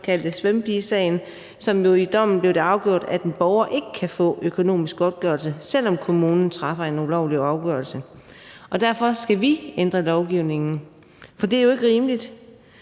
som eksempel i dag, blev det jo i dommen afgjort, at en borger ikke kan få økonomisk godtgørelse, selv om kommunen træffer en ulovlig afgørelse. Derfor skal vi ændre lovgivningen, for det er jo ikke rimeligt,